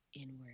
inward